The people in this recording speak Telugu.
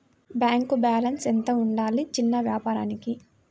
బ్యాంకు బాలన్స్ ఎంత ఉండాలి చిన్న వ్యాపారానికి?